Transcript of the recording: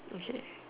okay